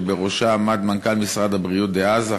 שבראשה עמד מנכ"ל משרד התיירות דאז,